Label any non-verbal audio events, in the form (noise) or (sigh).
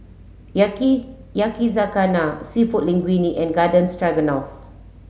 (unintelligible) Yakizakana Seafood Linguine and Garden Stroganoff